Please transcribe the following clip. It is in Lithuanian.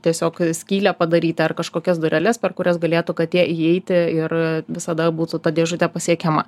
tiesiog skylę padarytą ar kažkokias dureles per kurias galėtų katė įeiti ir visada būtų ta dėžutė pasiekiama